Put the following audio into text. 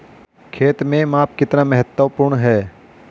खेत में माप कितना महत्वपूर्ण है?